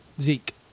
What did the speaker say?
Zeke